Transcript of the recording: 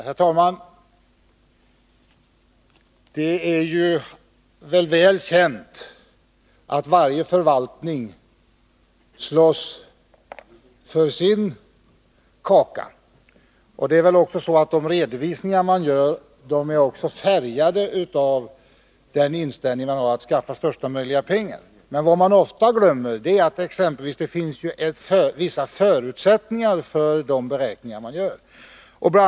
Herr talman! Det är väl känt att varje förvaltning slåss för sin kaka. Det är också så att de redovisningar som görs är färgade av den inställning man har, att skaffa mesta möjliga pengar. Vad man ofta glömmer är att det exempelvis finns vissa förutsättningar för de beräkningar som görs. Bl.